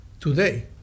Today